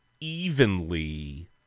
evenly